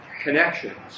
connections